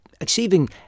Achieving